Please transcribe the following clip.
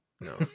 No